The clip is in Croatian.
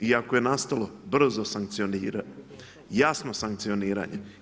I ako je nastalo brzo sankcioniranje, jasno sankcioniranje.